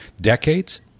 decades